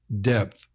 depth